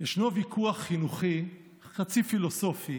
ישנו ויכוח חינוכי חצי פילוסופי